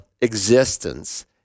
existence